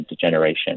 degeneration